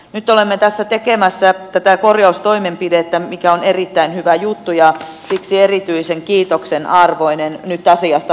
nyt olemme tässä tekemässä tätä korjaustoimenpidettä mikä on erittäin hyvä juttu ja siksi erityisen kiitoksen arvoinen nyt asiasta vastaavalle ministerille